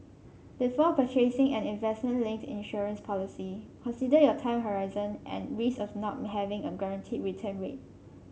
before purchasing an investment linked insurance policy consider your time horizon and risks of not having a guaranteed return rate